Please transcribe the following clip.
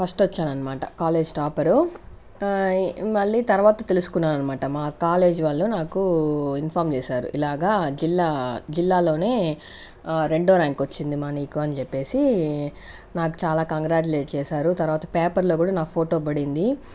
first వచ్చాను అనమాట college topper మళ్లీ తర్వాత తెలుసుకున్నాను అనమాట మా కాలేజ్ వాళ్ళు నాకు ఇన్ఫార్మ్ చేశారు ఇలాగ జిల్లా జిల్లాలోనే రెండో ర్యాంకు వచ్చిందమ్మా నీకు అని చెప్పేసి నాకు చాలా కంగ్రాజులేట్ చేశారు తర్వాత పేపర్లో కూడా నా ఫోటో పడింది